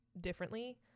differently